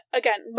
again